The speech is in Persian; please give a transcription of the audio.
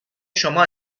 شما